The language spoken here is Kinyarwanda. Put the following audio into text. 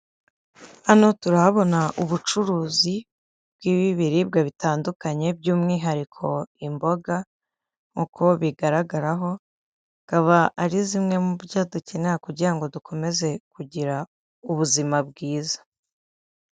Hano turahabona ubucuruzi bw'ibiribwa bitandukanye by'umwihariko imboga nk'uko bigaragaraho, akaba ari zimwe mu byo dukeneye kugira ngo dukomeze kugira ubuzima bwiza.